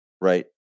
right